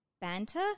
banter